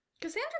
Cassandra